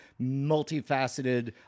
multifaceted